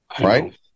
right